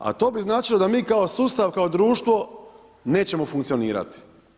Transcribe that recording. A to bi značilo da mi kao sustav, kao društvo nećemo funkcionirati.